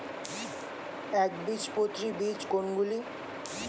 একবীজপত্রী বীজ কোন গুলি?